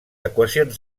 equacions